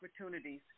opportunities